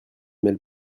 mêle